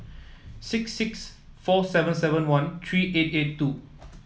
six six four seven seven one three eight eight two